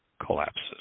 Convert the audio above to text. collapses